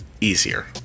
easier